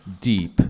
deep